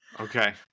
Okay